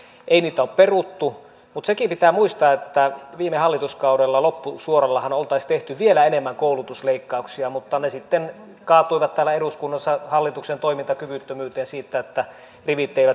ei niitä ole peruttu mutta sekin pitää muistaa että viime hallituskaudella loppusuorallahan oltaisiin tehty vielä enemmän koulutusleikkauksia mutta ne sitten kaatuivat täällä eduskunnassa hallituksen toimintakyvyttömyyteen siinä että rivit eivät pitäneet